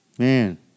Man